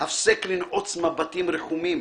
הפסק לנעוץ מבטים רחומים,